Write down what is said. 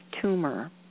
tumor